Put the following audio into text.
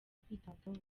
kwitabwaho